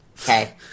Okay